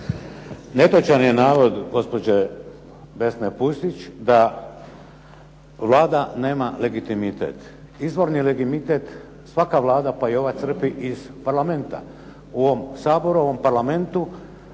Netočan je navod gospođe Vesne Pusić, da Vlada nema legitimitet. Izvorni legitimitet svaka Vlada pa i ova crpi iz Parlamenta. U ovom Saboru u ovom Parlamentu